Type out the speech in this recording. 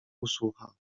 usłucha